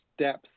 steps